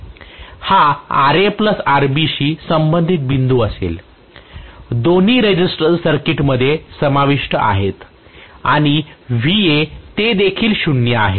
हा RaRBशी संबंधित बिंदू असेल दोन्ही रेसिस्टन्स सर्किटमध्ये समाविष्ट आहेत आणि ते देखील 0 आहे